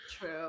True